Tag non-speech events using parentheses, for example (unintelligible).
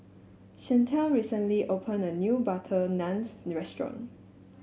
Shantel recently opened a new butter naan (unintelligible) restaurant